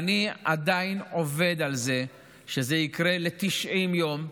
ואני עדיין עובד על זה שזה יהיה ל-90 יום,